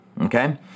okay